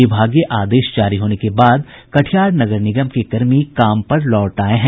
विभागीय आदेश जारी होने के बाद कटिहार नगर निगम के कर्मी काम पर लौट आये हैं